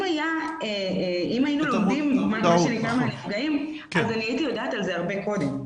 אם היינו לומדים מהנפגעים הייתי יודעת על זה הרבה קודם.